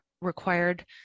required